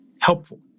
helpful